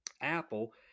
Apple